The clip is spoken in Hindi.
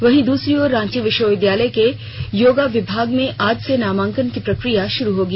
वहीं दूसरी ओर रांची विश्वविद्यालय के योगा विभाग में आज से नामांकन की प्रक्रिया शुरू होगी